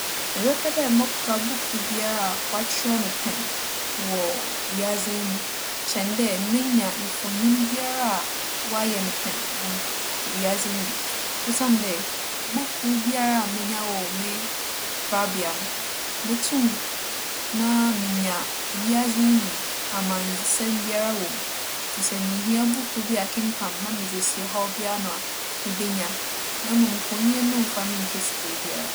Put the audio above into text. Mebɛpɛ dɛ mͻkora buukuu biara a wͻakyerɛw no pɛn wͻ wiadze yi mu kyɛn dɛ menya mfonyin biara a wͻayɛ no pɛn wͻ wiadze yi mu. Osiandɛ, buukuu biara a menya wͻ me korabea no, motum na menya wiadze yi mu amandzesɛm biara wͻ mu. Ntsi sɛ mihia buukuu bi akenkan na medze esi ͻhaw bi ano a, mibenya. Na mbom mfonyin no mmfa me nnkesi beebiara.